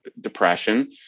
depression